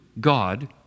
God